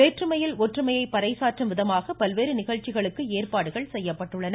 வேற்றுமையில் ஒற்றுமையை பறைசாற்றும் விதமாக பல்வேறு நிகழ்ச்சிகளுக்கு ஏற்பாடுகள் செய்யப்பட்டுள்ளன